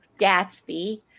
Gatsby